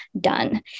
done